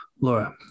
Laura